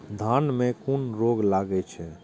धान में कुन रोग लागे छै?